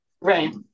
Right